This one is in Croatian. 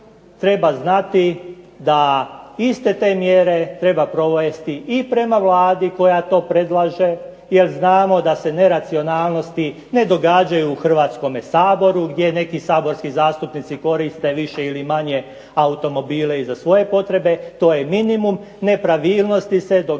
treba znati da iste te mjere treba provesti i prema Vladi koja to predlaže, jer znamo da se neracionalnosti ne događaju u Hrvatskome saboru gdje neki saborski zastupnici koriste više ili manje automobile i za svoje potrebe. To je minimum. Nepravilnosti se događaju